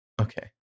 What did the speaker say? okay